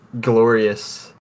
glorious